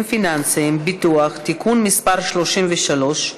פיננסיים (ביטוח) (תיקון מס' 33),